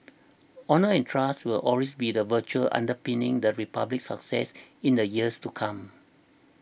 honour and trust will also be the virtues underpinning the Republic's success in the years to come